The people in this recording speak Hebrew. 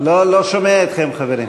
לא שומע אתכם, חברים.